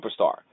superstar